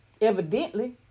Evidently